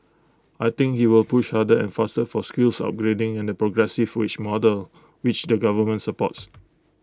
I think he will push harder and faster for skills upgrading and the progressive wage model which the government supports